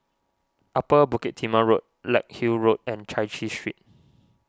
Upper Bukit Timah Road Larkhill Road and Chai Chee Street